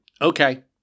okay